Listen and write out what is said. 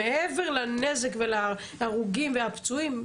מעבר לנזק ולהרוגים והפצועים,